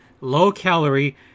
low-calorie